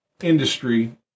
industry